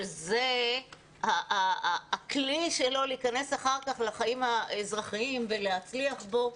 שזה הכלי שלו להיכנס אחר כך לחיים האזרחיים ולהצליח בו,